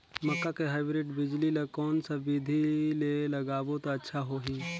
मक्का के हाईब्रिड बिजली ल कोन सा बिधी ले लगाबो त अच्छा होहि?